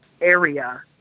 area